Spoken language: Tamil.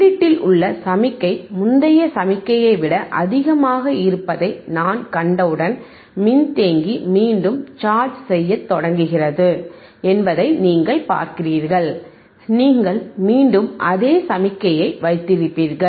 உள்ளீட்டில் உள்ள சமிக்ஞை முந்தைய சமிக்ஞையை விட அதிகமாக இருப்பதை நான் கண்டவுடன் மின்தேக்கி மீண்டும் சார்ஜ் செய்யத் தொடங்குகிறது என்பதை நீங்கள் பார்க்கிறீர்கள் நீங்கள் மீண்டும் அதே சமிக்ஞையை வைத்திருப்பீர்கள்